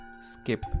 skip